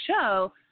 show